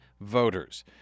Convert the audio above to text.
voters